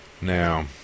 Now